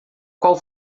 qual